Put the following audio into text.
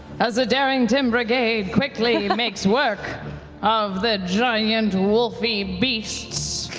as the darrington brigade quickly makes work of the giant wolfie beasts,